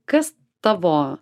kas tavo